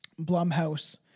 Blumhouse